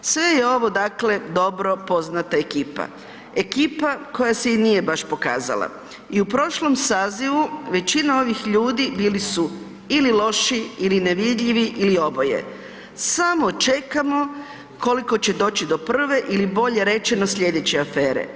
Sve je ovo dobro poznata ekipa, ekipa koja se i nije baš pokazala i u prošlom sazivu većina ovih ljudi bili su ili loši ili nevidljivi ili oboje, samo čekamo koliko će doći do prve ili bolje rečeno sljedeće afere.